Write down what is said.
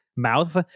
mouth